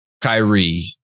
Kyrie